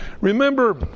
Remember